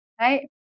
right